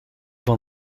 van